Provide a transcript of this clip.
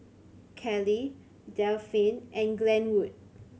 Kelley Delphine and Glenwood